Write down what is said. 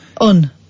Un